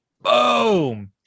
boom